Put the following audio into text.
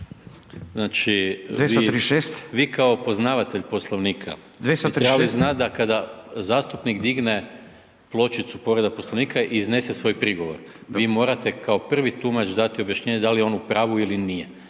Znači vi kao poznavatelj Poslovnika bi trebali znati da kada zastupnik digne pločicu povreda Poslovnika iznese svoj prigovor, vi morate kao prvi tumač dati objašnjenje da li je on u pravu ili nije.